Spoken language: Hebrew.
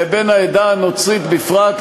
לבן העדה הנוצרית בפרט,